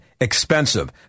Expensive